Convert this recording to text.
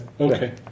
Okay